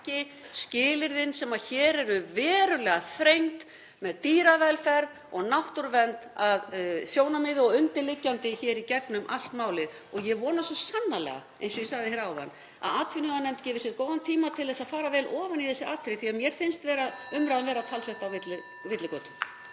ekki skilyrðin sem hér eru verulega þrengd, með dýravelferð og náttúruvernd að leiðarljósi og undirliggjandi í gegnum allt málið. Ég vona svo sannarlega, eins og ég sagði hér áðan, að atvinnuveganefnd gefi sér góðan tíma til að fara vel ofan í þessi atriði því að mér finnst umræðan (Forseti hringir.)